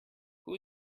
who